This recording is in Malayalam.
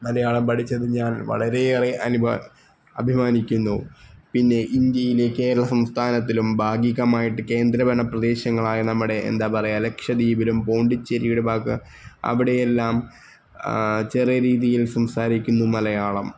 മലയാളം പഠിച്ചത് ഞാൻ വളരെയേറെ അഭിമാനിക്കുന്നു പിന്നെ ഇന്ത്യയിലെ കേരള സംസ്ഥാനത്തിലും ഭാഗികമായിട്ട് കേന്ദ്ര ഭരണ പ്രദേശങ്ങളായ നമ്മുടെ എന്താണ് പറയുക നമ്മുടെ ലക്ഷദ്വീപിലും പോണ്ടിച്ചേരിയുടെ ഭാഗം അവടെയെല്ലാം ചെറിയ രീതിയില് സംസാരിക്കുന്നു മലയാളം